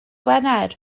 wener